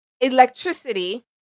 electricity